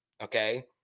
okay